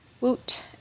Woot